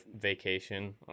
vacation